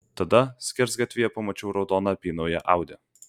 tada skersgatvyje pamačiau raudoną apynauję audi